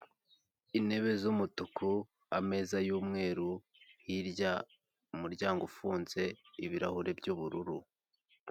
Intebe z'umutuku ameza y'umweru hirya umuryango ufunze, ibirahure by'ubururu.